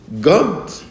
God